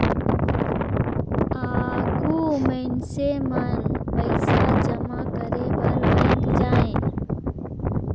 आघु मइनसे मन पइसा जमा करे बर बेंक जाएं